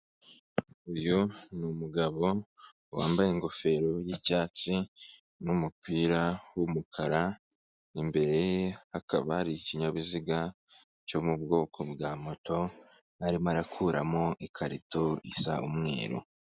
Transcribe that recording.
Uyu ni umugabo wambaye ingofero y'icyatsi n'umupira w'umukara, imbere ye hakaba hari ikinyabiziga cyo mu bwoko bwa moto, arimo arakuramo ikarito isa umweru.